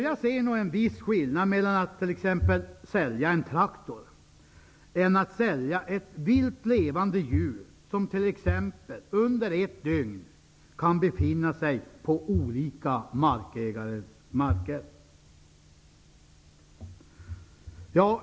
Jag ser nog en viss skillnad mellan att sälja t.ex. en traktor och att sälja ett vilt levande djur som under ett dygn kan befinna sig på olika markägares marker.